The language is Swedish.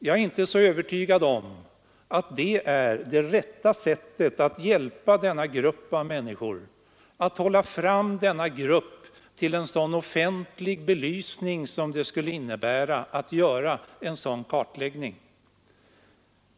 Jag är inte övertygad om att det är det rätta sättet att hjälpa denna grupp: att hålla fram den till en sådan offentlig belysning som det skulle innebära att göra en sådan kartläggning.